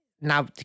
Now